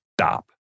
stop